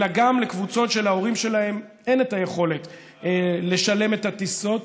אלא גם לקבוצות שלהורים שלהם אין יכולת לשלם את הטיסות,